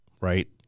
right